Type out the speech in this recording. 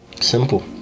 Simple